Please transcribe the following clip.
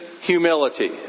humility